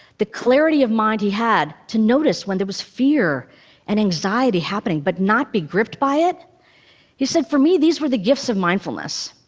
the clarity of mind he had to notice when there was fear and anxiety happening but not be gripped by it he said, for me, these were the gifts of mindfulness.